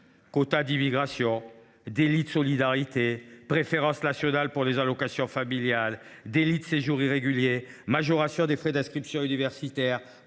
Quotas d’immigration, délit de solidarité, préférence nationale pour les allocations familiales, délit de séjour irrégulier, majoration des frais d’inscription universitaire